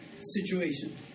situation